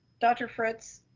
dr. fritz,